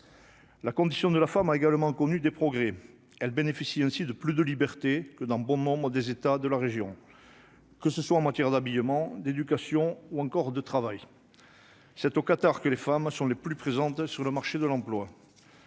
La condition de la femme a également connu des progrès, elle bénéficie ainsi de plus de liberté que dans bon nombres des États de la région, que ce soit en matière d'habillement d'éducation ou encore de travail. C'est au Qatar, que les femmes sont les plus présentes sur le marché de l'emploi.